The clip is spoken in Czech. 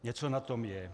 Něco na tom je.